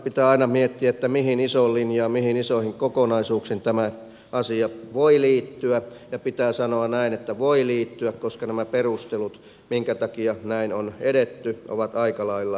pitää aina miettiä mihin isoon linjaan mihin isoihin kokonaisuuksiin tämä asia voi liittyä ja pitää sanoa näin että voi liittyä koska nämä perustelut minkä takia näin on edetty ovat aika lailla löysiä